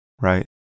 right